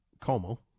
como